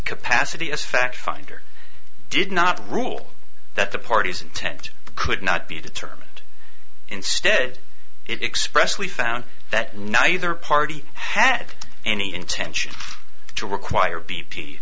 capacity as fact finder did not rule that the parties intent could not be determined instead it expressively found that neither party had any intention to require b